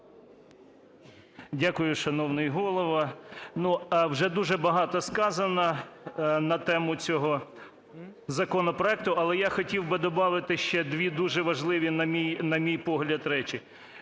Дякую. Шановний Голово, ну, вже дуже багато сказано на тему цього законопроекту. Але я хотів би добавити ще дві дуже важливі, на мій погляд, речі,